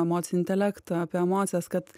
emocinį intelektą apie emocijas kad